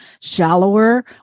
shallower